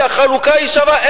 כי החלוקה היא שווה.